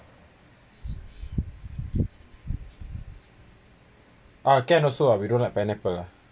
uh can also uh we don't like pineapple